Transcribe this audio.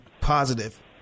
positive